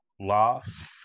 loss